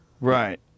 Right